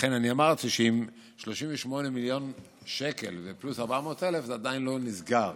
לכן אמרתי שעם 38 מיליון שקל פלוס 400,000 זה עדיין לא נסגר.